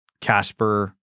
Casper